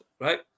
right